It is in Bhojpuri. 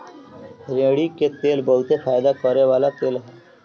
रेड़ी के तेल बहुते फयदा करेवाला तेल ह